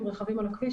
עם רכבים על הכביש,